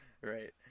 Right